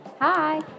Hi